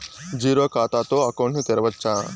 Zero ఖాతా తో account ను తెరవచ్చా?